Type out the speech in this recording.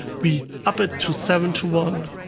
we up it to seven to one,